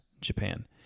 Japan